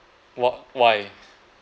what why